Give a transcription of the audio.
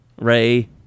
Ray